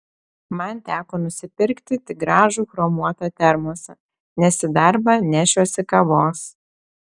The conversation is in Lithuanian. man teko nusipirkti tik gražų chromuotą termosą nes į darbą nešiuosi kavos